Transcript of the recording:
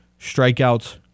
strikeouts